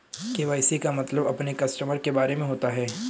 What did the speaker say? KYC का मतलब अपने कस्टमर के बारे में होता है